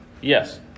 Yes